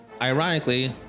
Ironically